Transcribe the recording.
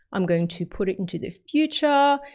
i'm going to put it into the future.